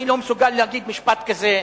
אני לא מסוגל להגיד משפט כזה,